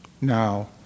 Now